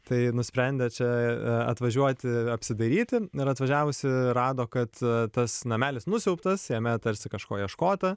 tai nusprendė čia atvažiuoti apsidairyti ir atvažiavusi rado kad tas namelis nusiaubtas jame tarsi kažko ieškota